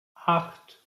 acht